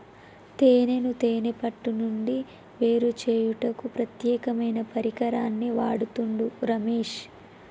తేనెను తేనే పట్టు నుండి వేరుచేయుటకు ప్రత్యేకమైన పరికరాన్ని వాడుతుండు రమేష్